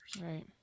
Right